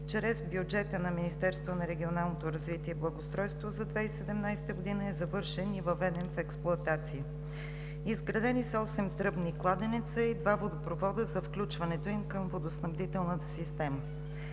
и благоустройството за 2017 г., е завършен и въведен в експлоатация. Изградени са осем тръбни кладенеца и два водопровода за включването им към водоснабдителната система.